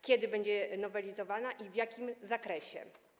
Kiedy będzie nowelizowana i w jakim zakresie?